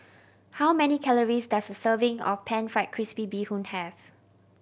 how many calories does a serving of Pan Fried Crispy Bee Hoon have